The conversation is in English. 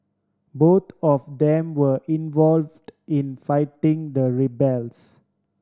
both of them were involved in fighting the rebels